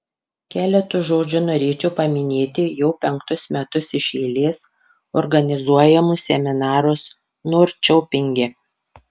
keletu žodžių norėčiau paminėti jau penktus metus iš eilės organizuojamus seminarus norčiopinge